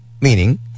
Meaning